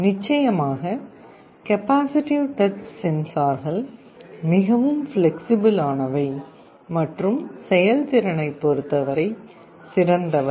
நிச்சயமாக capacitive touch சென்சார்கள் மிகவும் பிளெக்ஸிபிள் ஆனவை மற்றும் செயல்திறனைப் பொறுத்தவரை சிறந்தவை